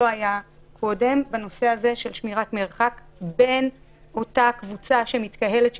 שלא היה קודם בנושא שמירת מרחק בין אותה קבוצה שמתקהלת,